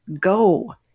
go